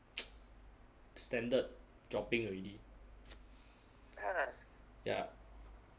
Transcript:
standard dropping already ya